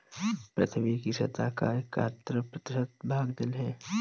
पृथ्वी की सतह का इकहत्तर प्रतिशत भाग जल है